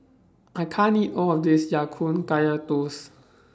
I can't eat All of This Ya Kun Kaya Toast